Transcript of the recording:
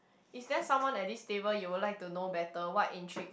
is there someone at this table you would like to know better what intrigues